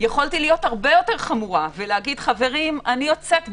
יכולתי להיות הרבה יותר חמורה ולומר אני יוצאת במאה.